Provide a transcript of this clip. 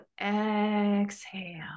exhale